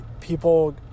people